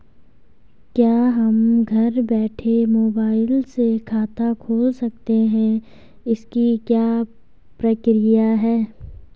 क्या हम घर बैठे मोबाइल से खाता खोल सकते हैं इसकी क्या प्रक्रिया है?